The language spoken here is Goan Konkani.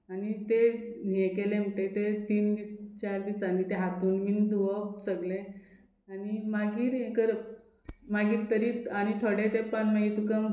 आनी ते हे केले म्हणटगीर ते तीन दीस चार दिसांनी ते हातरूण बीन धुवप सगले आनी मागीर हे करप मागीर तरी आनी थोडे तेंपान मागीर तुका